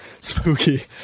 spooky